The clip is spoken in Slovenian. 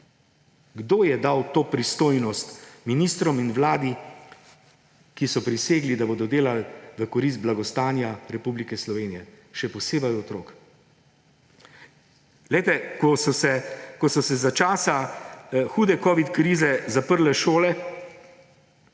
Kdo je dal to pristojnost ministrom in vladi, ki so prisegli, da bodo delali v korist blagostanja Republike Slovenije, še posebej otrok? Glejte, ko so se za časa hude covid krize zaprle šole,